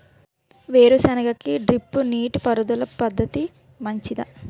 వేరుసెనగ కి డ్రిప్ నీటిపారుదల పద్ధతి మంచిదా?